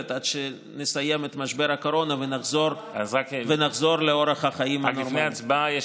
עד שנסיים את משבר הקורונה ונחזור לאורח החיים הנורמלי.